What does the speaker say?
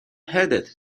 headed